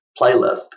playlist